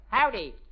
Howdy